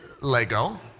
lego